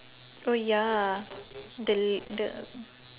orh ya the the